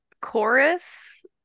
Chorus